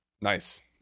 Nice